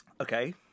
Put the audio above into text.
okay